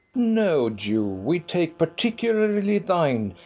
no, jew we take particularly thine,